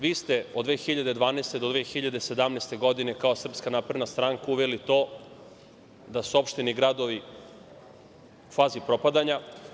Vi ste od 2012. do 2017. godine kao SNS uveli to da su opštine i gradovi u fazi propadanja.